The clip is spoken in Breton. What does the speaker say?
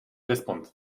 respont